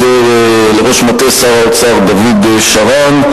לראש מטה שר האוצר דוד שרן,